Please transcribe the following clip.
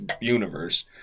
universe